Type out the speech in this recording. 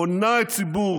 הונה את ציבור